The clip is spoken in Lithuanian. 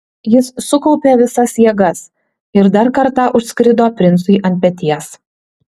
jis sukaupė visas jėgas ir dar kartą užskrido princui ant peties